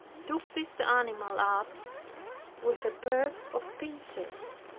took this animal up with a pair of pincers.